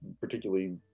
particularly